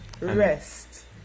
rest